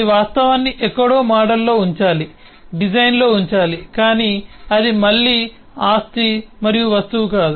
ఈ వాస్తవాన్ని ఎక్కడో మోడల్లో ఉంచాలి డిజైన్లో ఉంచాలి కాని అది మళ్ళీ ఆస్తి మరియు వస్తువు కాదు